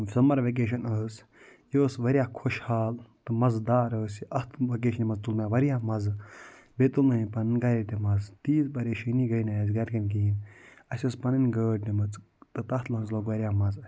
summer vacation ٲس یہ ٲس وارِیاہ خۄش حال تہٕ مَزٕ دار ٲسۍ یہِ اتھ وکیشنہِ منٛز مےٚ وارِیاہ مَزٕ بیٚیہِ تُل تُلنٲیِم پنٕنۍ گَرِ تہِ مَزٕ تیٖژ پریشٲنی گٔے نہٕ اَسہِ گرکٮ۪ن کِہیٖنۍ اَسہِ اوس پنٕنۍ گٲڑۍ نِمٕژ تہٕ تتھ منٛز لۄگ وارِیاہ مَزٕ اَسہِ